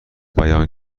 بیان